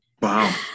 Wow